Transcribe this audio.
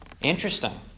Interesting